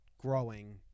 growing